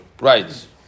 right